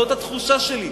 זו התחושה שלי.